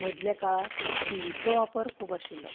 मदले काळार टिवीचो वापर खूब आशिल्लो